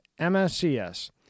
MSCS